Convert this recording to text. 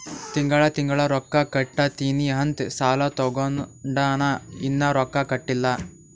ತಿಂಗಳಾ ತಿಂಗಳಾ ರೊಕ್ಕಾ ಕಟ್ಟತ್ತಿನಿ ಅಂತ್ ಸಾಲಾ ತೊಂಡಾನ, ಇನ್ನಾ ರೊಕ್ಕಾ ಕಟ್ಟಿಲ್ಲಾ